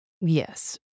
Yes